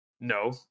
no